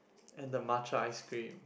and the matcha ice cream